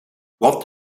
wat